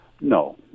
No